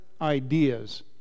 ideas